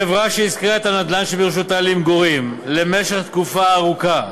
חברה שהשכירה את הנדל"ן שברשותה למגורים למשך תקופה ארוכה,